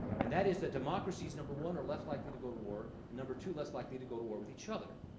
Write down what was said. and that is that democracies, number one, are less likely to go to war, and number two, less likely to go to war with each other.